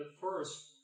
first